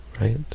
right